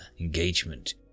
engagement